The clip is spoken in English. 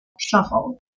shuffle